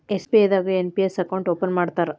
SBI ದಾಗು NPS account open ಮಾಡ್ತಾರಾ